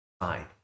fine